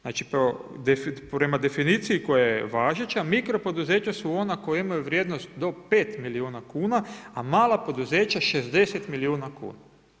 Znači prema definiciji koja je važeća, mikro poduzeća su ona koja imaju vrijednost do 5 milijuna kuna a mala poduzeća 60 milijuna kuna.